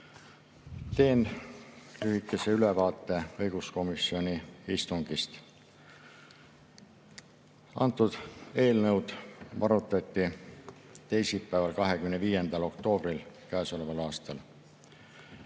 Teen lühikese ülevaate õiguskomisjoni istungist. Seda eelnõu arutati teisipäeval, 25. oktoobril käesoleval aastal.